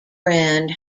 brand